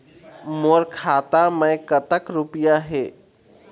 मोर खाता मैं कतक रुपया हे?